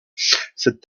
cette